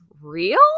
real